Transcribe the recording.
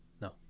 No